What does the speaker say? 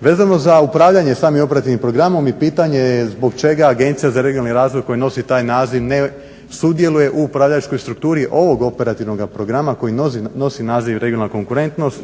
Vezano za upravljanje samim operativnim programom i pitanje je zbog čega Agencija za regionalni razvoj koja nosi taj naziv ne sudjeluje u upravljačkoj strukturi ovog operativnog programa koji nosi naziv regionalna konkurentnost.